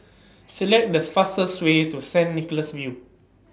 Select The fastest Way to Saint Nicholas View